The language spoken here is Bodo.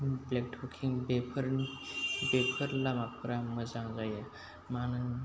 ब्लेक टकिं बेफोर लामाफोरा मोजां जायो मानो